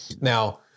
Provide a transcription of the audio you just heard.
now